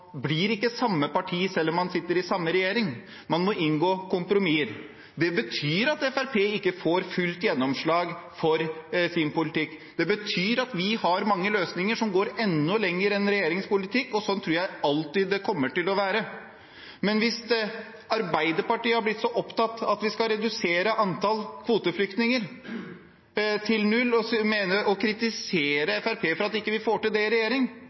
blir ikke samme parti selv om man sitter i samme regjering – man må inngå kompromisser. Det betyr at Fremskrittspartiet ikke får fullt gjennomslag for sin politikk, det betyr at vi har mange løsninger som går enda lenger enn regjeringens politikk, og sånn tror jeg alltid det kommer til å være. Men hvis Arbeiderpartiet har blitt så opptatt av at vi skal redusere antall kvoteflyktninger til null, og kritiserer Fremskrittspartiet for at vi ikke får til det i regjering,